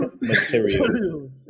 Materials